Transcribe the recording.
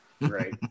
Right